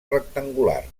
rectangular